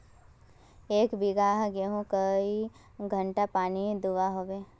एक बिगहा गेँहूत कई घंटा पानी दुबा होचए?